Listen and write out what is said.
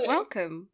Welcome